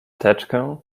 teczkę